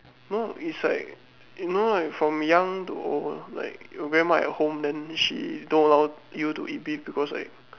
no it's like you know like from young to old like your grandma at home then she don't allow you to eat beef because like